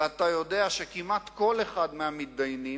ואתה יודע שכמעט כל אחד מהמתדיינים,